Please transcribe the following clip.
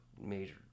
major